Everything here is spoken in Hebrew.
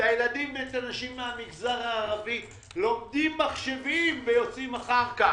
את הילדים והנשים מהמגזר הערבי לומדים מחשבים ויוצאים אחר כך.